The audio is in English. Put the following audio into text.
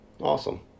awesome